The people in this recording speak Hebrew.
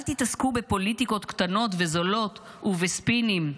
אל תתעסקו בפוליטיקות קטנות וזולות ובספינים.